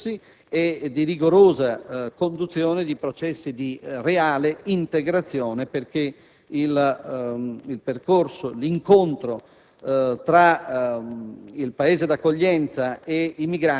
di rigorosa gestione dei flussi e di rigorosa conduzione dei processi di reale integrazione. Infatti, l'incontro tra